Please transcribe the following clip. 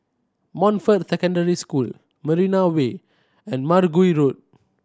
Montfort Secondary School Marina Way and Mergui Road